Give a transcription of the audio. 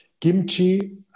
Kimchi